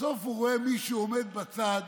בסוף הוא רואה מישהו עומד בצד.